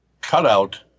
cutout